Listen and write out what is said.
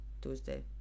Tuesday